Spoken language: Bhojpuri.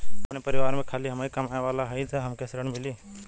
आपन परिवार में खाली हमहीं कमाये वाला हई तह हमके ऋण मिली?